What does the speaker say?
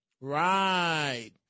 Right